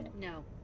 No